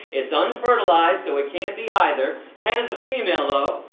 it's unfertilized so it can't be either. hen is a female, though,